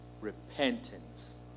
repentance